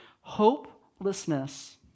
Hopelessness